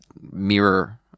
mirror